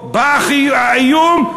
בא האיום,